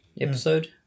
episode